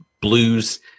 blues